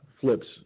flips